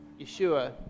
Yeshua